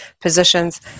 positions